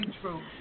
true